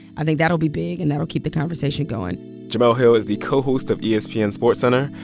i think that'll be big and that'll keep the conversation going jemele hill is the co-host of yeah espn's sportscenter.